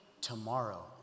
tomorrow